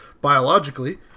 biologically